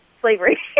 slavery